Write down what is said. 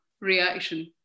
reaction